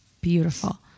beautiful